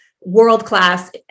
world-class